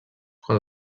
quan